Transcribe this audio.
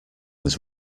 was